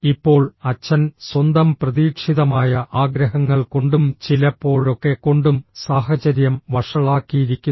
ഇപ്പോൾ അച്ഛൻ സ്വന്തം പ്രതീക്ഷിതമായ ആഗ്രഹങ്ങൾ കൊണ്ടും ചിലപ്പോഴൊക്കെ കൊണ്ടും സാഹചര്യം വഷളാക്കിയിരിക്കുന്നു